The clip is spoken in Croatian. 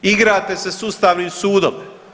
Igrate se sa Ustavnim sudom.